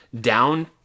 down